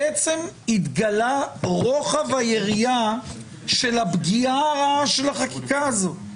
בעצם התגלה רוחב היריעה של הפגיעה הרעה של החקיקה הזאת.